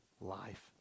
life